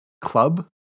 club